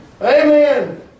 Amen